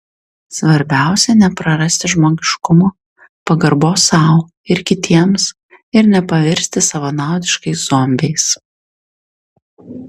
svarbiausia neprarasti žmogiškumo pagarbos sau ir kitiems ir nepavirsti savanaudiškais zombiais